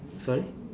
sorry